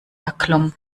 erklomm